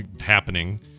happening